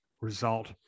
result